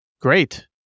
Great